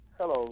Hello